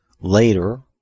Later